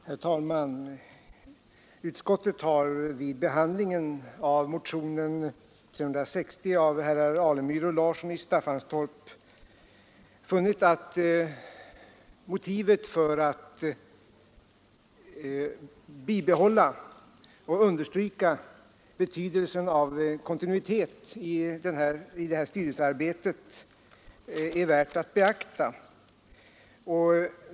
Herr talman! Utskottet har vid behandlingen av motionen 360 av herr Alemyr och herr Larsson i Staffanstorp funnit att behovet av att bibehålla och understryka betydelsen av kontinuitet i det här styrelsearbetet är värt att beakta.